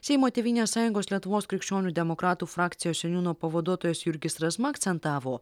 seimo tėvynės sąjungos lietuvos krikščionių demokratų frakcijos seniūno pavaduotojas jurgis razma akcentavo